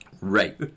Right